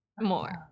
more